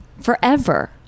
forever